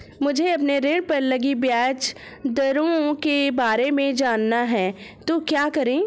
मुझे अपने ऋण पर लगी ब्याज दरों के बारे में जानना है तो क्या करें?